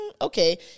okay